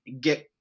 get